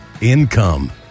income